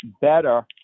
better